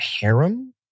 harem